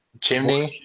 chimney